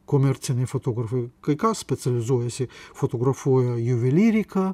komerciniai fotografai kai ką specializuojasi fotografuoja juvelyriką